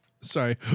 Sorry